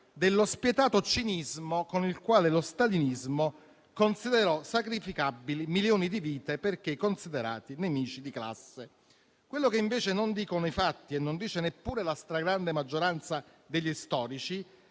dello spietato cinismo con il quale lo stalinismo considerò sacrificabili milioni di vite, perché considerate nemiche di classe. Quello che invece non dicono i fatti e non dice neppure la stragrande maggioranza degli storici